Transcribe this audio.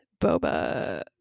Boba